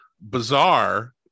bizarre